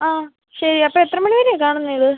ആ ശരി അപ്പോൾ എത്ര മണി വരെയാ കാണുന്നത് ഇത്